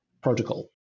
protocol